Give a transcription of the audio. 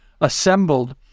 assembled